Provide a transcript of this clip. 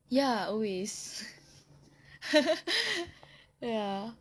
ya always ya